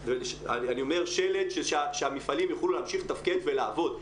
שלד שהמפעלים יוכלו להמשיך לתפקד ולעבוד,